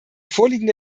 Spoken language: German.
vorliegende